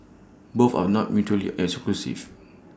both are not mutually exclusive